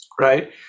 right